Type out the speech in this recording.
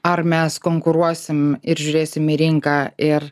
ar mes konkuruosim ir žiūrėsim į rinką ir